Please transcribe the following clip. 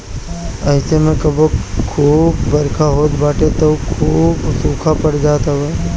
अइसे में कबो खूब बरखा होत बाटे तअ कबो सुखा पड़ जात हवे